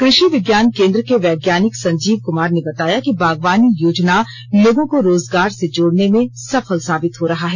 कृषि विज्ञान केंद्र के वैज्ञानिक संजीव कुमार ने बताया कि बागवानी योजना लोगों को रोजगार से जोड़ने में सफल साबित हो रहा है